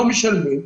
לא משלמים,